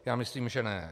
Já myslím že ne.